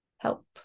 help